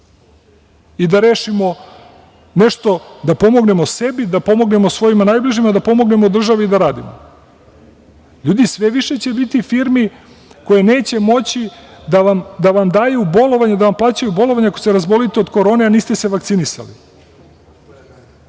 i da rešimo nešto, da pomognemo sebi, da pomognemo svojim najbližima, da pomognemo državi? LJudi, sve više će biti firmi koje neće moći da vam daju bolovanje, da vam plaćaju bolovanje ako se razbolite od korone a niste se vakcinisali.